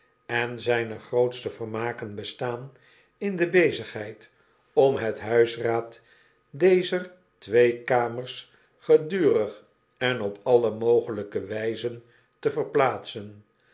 en een zyner grootste vermaken bestaat in de bezigheid om net huisraad dezer twee kamers gedurig en op alle mogelrjke wijzen te verplaatsen